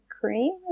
Cream